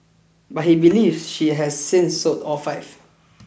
but he believes she has since sold all five